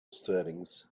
settings